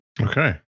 okay